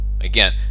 Again